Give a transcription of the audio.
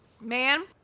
Man